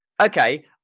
Okay